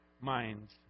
minds